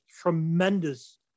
tremendous